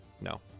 No